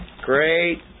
Great